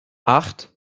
acht